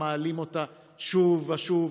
שוב ושוב.